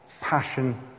passion